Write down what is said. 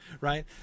right